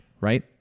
Right